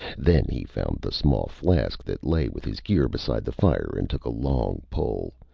then he found the small flask that lay with his gear beside the fire and took a long pull,